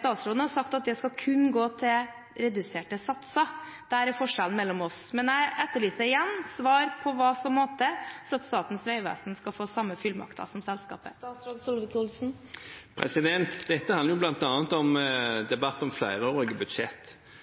Statsråden har sagt at det skal kun gå til reduserte satser. Der er forskjellen mellom oss. Men jeg etterlyser igjen svar på hva som må til for at Statens vegvesen skal få samme fullmakter som selskapet. Dette handler bl.a. om debatten om flerårige